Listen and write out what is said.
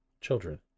children